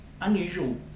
unusual